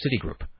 Citigroup